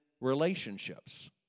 relationships